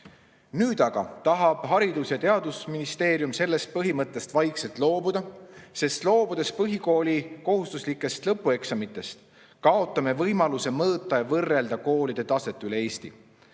Nüüd aga tahab Haridus‑ ja Teadusministeerium sellest põhimõttest vaikselt loobuda, sest loobudes põhikooli kohustuslikest lõpueksamitest, kaotame võimaluse mõõta ja võrrelda koolide taset üle Eesti.